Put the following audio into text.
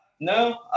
No